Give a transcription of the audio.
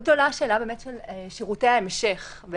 עלתה שאלת שירותי ההמשך,